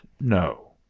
no